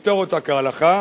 לפתור אותה כהלכה,